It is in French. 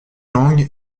langue